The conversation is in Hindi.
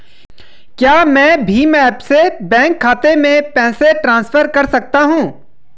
क्या मैं भीम ऐप से बैंक खाते में पैसे ट्रांसफर कर सकता हूँ?